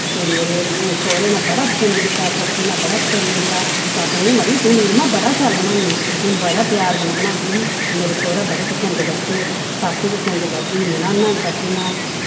ते मेरे सौह्रे ने बड़ा पसिंद कीता सस्सू ने बड़ा पसिंद कीता ते आखन लगे तूं नीलमा बड़ा शैल बनानी में बड़ै प्यार कन्नै बनांदी ही ते मेरे सौह्रा बड़ा पसिंद करदे हे सस्स बी पसंद करदी ही ननानां बी करदियां हां